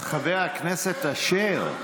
חבר הכנסת אשר.